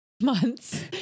Months